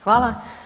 Hvala.